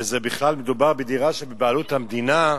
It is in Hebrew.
ובכלל מדובר בדירה שבבעלות המדינה,